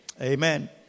Amen